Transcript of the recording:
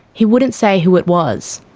he wouldn't say who it was.